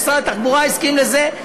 משרד התחבורה הסכים לזה,